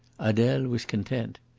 adele was content.